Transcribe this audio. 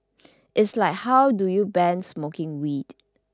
it's like how do you ban smoking weed